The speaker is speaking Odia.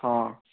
ହଁ